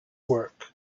work